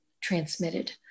transmitted